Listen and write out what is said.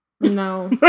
No